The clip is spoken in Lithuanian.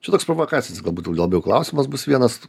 čia toks provokacinis galbūt gal labiau klausimas bus vienas